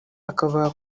akavuga